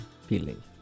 Feeling